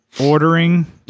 ordering